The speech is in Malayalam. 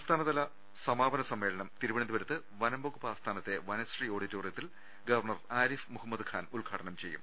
സംസ്ഥാനതല സമാപന സമ്മേളനം തിരുവനന്തപുരം വനം വകുപ്പ് ആസ്ഥാനത്തെ വനശ്രീ ഓഡിറ്റോറിയത്തിൽ ഗവർണർ ആരിഫ് മുഹമ്മദ് ഖാൻ ഉദ്ഘാടനം ചെയ്യും